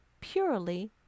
purely